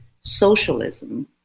socialism